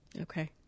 okay